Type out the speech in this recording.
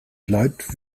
bleibt